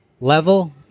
level—